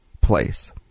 place